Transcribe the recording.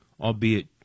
albeit